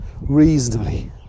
reasonably